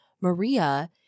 Maria